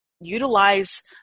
Utilize